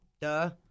Duh